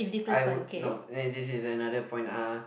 I would no I mean this is another point ah